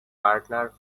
partner